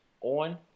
on